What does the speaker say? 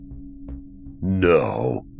No